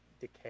decay